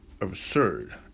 absurd